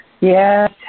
Yes